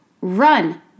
run